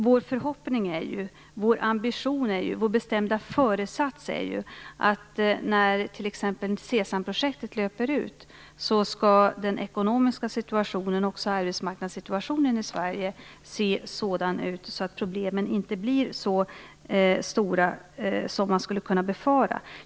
Vår förhoppning, vår ambition och vår bestämda föresats är ju att när t.ex. SESAM-projektet löper ut skall den ekonomiska situationen och arbetsmarknadssituationen i Sverige se sådana ut att problemen inte blir så stora som man skulle kunna befara.